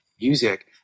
music